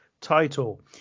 title